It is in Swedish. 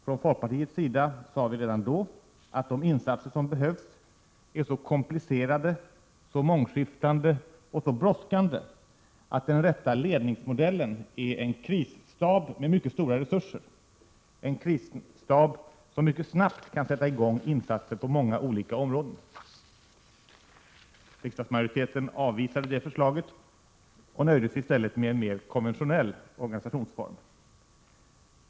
Från folkpartiets sida sade vi redan då att de insatser som behövs är så komplicerade, mångskiftande och brådskande att den rätta ledningsmodellen är en krisstab med mycket stora resurser, en krisstab som mycket snabbt kan sätta i gång insatser på många olika områden. Riksdagsmajoriteten avvisade det förslaget och nöjde sig i stället med en mer konventionell organisationsform.